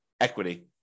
equity